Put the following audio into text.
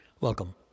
Welcome